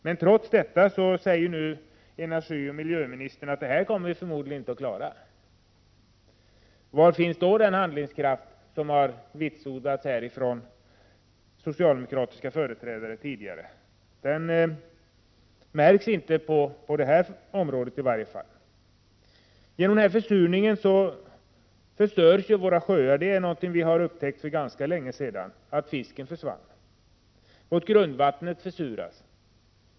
Men trots detta säger energioch miljöministern att vi förmodligen inte kommer att klara målet. Var finns den handlingskraft som socialdemokratiska företrädare vitsordat här tidigare? Den märks i varje fall inte på detta område. Genom försurning förstörs våra sjöar. Vi upptäckte för länge sedan att fisken försvann, och grundvattnet försuras.